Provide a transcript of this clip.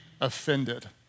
offended